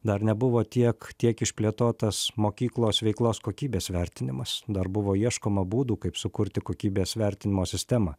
dar nebuvo tiek tiek išplėtotas mokyklos veiklos kokybės vertinimas dar buvo ieškoma būdų kaip sukurti kokybės vertinimo sistemą